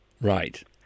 Right